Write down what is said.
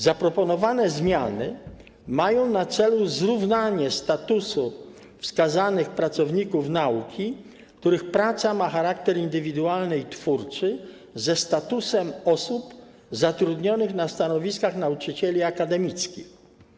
Zaproponowane zmiany mają na celu zrównanie statusu wskazanych pracowników naukowych, których praca ma charakter indywidualny i twórczy, ze statusem osób zatrudnionych na stanowiskach nauczycieli akademickich.